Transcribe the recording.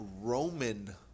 Roman